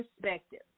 perspective